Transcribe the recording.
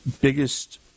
biggest